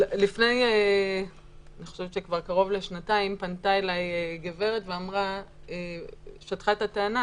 לפני כבר קרוב לשנתיים פנתה אליי גברת ושטחה את הטענה